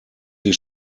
die